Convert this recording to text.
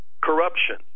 corruption